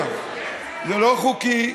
זה לא חוקי.